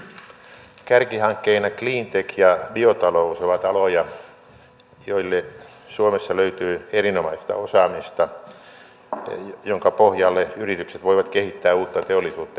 kärkihankkeina cleantech ja biotalous ovat aloja joilla suomessa löytyy erinomaista osaamista jonka pohjalle yritykset voivat kehittää uutta teollisuutta ja työpaikkoja